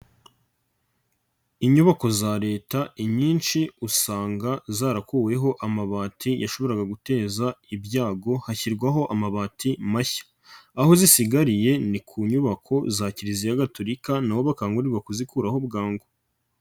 Inyubako za Leta inyinshi usanga zarakuweho amabati yashoboraga guteza ibyago hashyirwaho amabati mashya, aho zisigariye ni ku nyubako za Kiliziya Gatulika na ho bakangurirwa kuzikuraho bwangu.